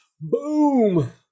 boom